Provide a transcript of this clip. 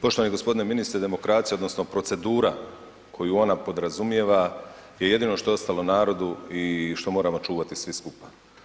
Poštovani ministre, demokracija odnosno procedura koju ona podrazumijeva je jedino što je ostalo narodu i što moramo čuvati svi skupa.